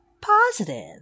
positive